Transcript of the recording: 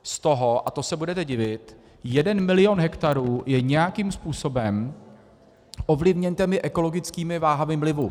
Z toho a to se budete divit jeden milion hektarů je nějakým způsobem ovlivněn těmi ekologickými váhami vlivu.